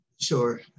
Sure